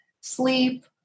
sleep